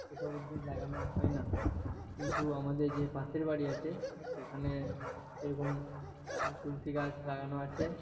এসব উদ্ভিদ লাগানো হয় না কিন্তু আমাদের যে পাশের বাড়ি আছে সেখানে এরকম তুলসী গাছ লাগানো আছে